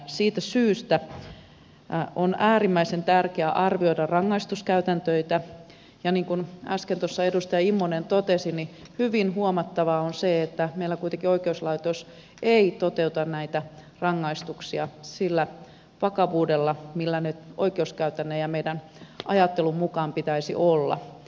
siitä syystä on äärimmäisen tärkeää arvioida rangaistuskäytänteitä ja niin kuin äsken tuossa edustaja immonen totesi niin hyvin huomattavaa on se että meillä kuitenkaan oikeuslaitos ei toteuta näitä rangaistuksia sillä vakavuudella millä ne oikeuskäytännön ja meidän ajattelumme mukaan pitäisi olla